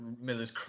Miller's